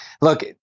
Look